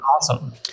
awesome